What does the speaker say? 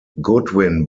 goodwin